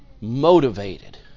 motivated